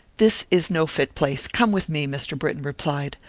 this is no fit place come with me, mr. britton replied,